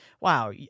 wow